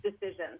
decisions